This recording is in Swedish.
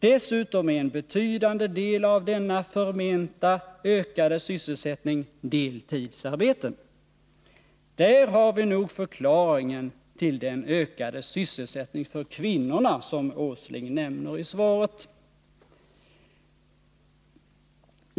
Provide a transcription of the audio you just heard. Dessutom är en betydande del av denna förmenta, ökade sysselsättning deltidsarbeten. Där har vi nog förklaringen till den ökade sysselsättning för kvinnorna som Nils Åsling nämner i svaret.